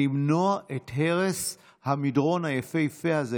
למנוע את הרס המדרון היפהפה הזה,